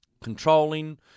controlling